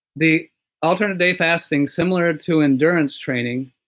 the alternate day fasting similar to endurance training,